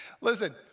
Listen